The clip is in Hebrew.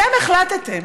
אתם החלטתם